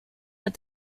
but